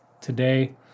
today